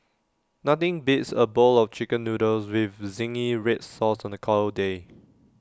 nothing beats A bowl of Chicken Noodles with Zingy Red Sauce on A cold day